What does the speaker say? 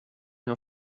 jag